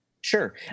Sure